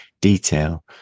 detail